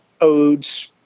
odes